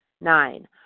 Nine